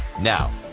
Now